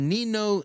Nino